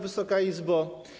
Wysoka Izbo!